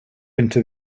into